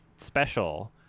special